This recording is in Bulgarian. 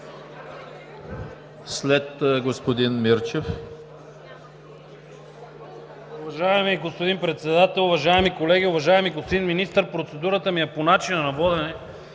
Не. Господин Мирчев.